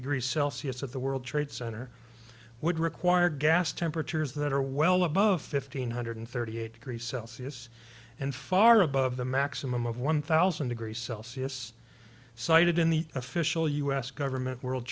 degrees celsius at the world trade center would require gas temperatures that are well above fifteen hundred thirty eight degrees celsius and far above the maximum of one thousand degrees celsius cited in the official us government world